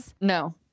No